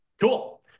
Cool